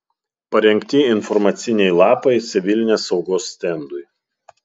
parengti informaciniai lapai civilinės saugos stendui